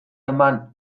eman